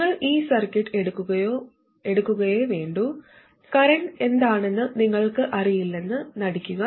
നിങ്ങൾ ഈ സർക്യൂട്ട് എടുക്കുകയേ വേണ്ടൂ കറന്റ് എന്താണെന്ന് നിങ്ങൾക്ക് അറിയില്ലെന്ന് നടിക്കുക